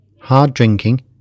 hard-drinking